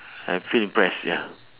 I feel impress ya